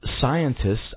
scientists